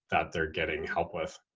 that they're getting help with.